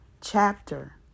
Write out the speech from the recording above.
chapter